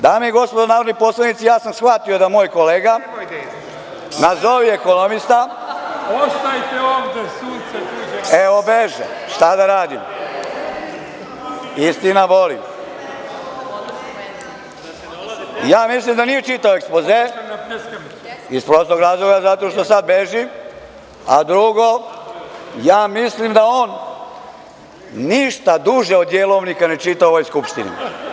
Dame i gospodo narodni poslanici, ja sam shvatio da moj kolega, nazovi ekonomista, evo beže, šta da radimo, istina boli, ja mislim da nije čitao ekspoze, iz prostog razloga zato što sada beži, a drugo ja mislim da on ništa duže od jelovnika ne čita u ovoj skupštini.